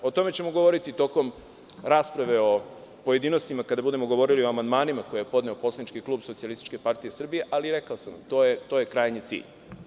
O tome ćemo govoriti tokom rasprave u pojedinostima kada budemo govorili o amandmanima koje je podneo poslanički klub SPS, ali rekao sam vam da je to krajnji cilj.